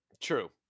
True